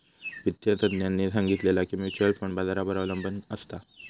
वित्तिय तज्ञांनी सांगितला की म्युच्युअल फंड बाजारावर अबलंबून असता